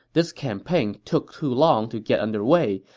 this campaign took too long to get under way,